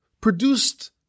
produced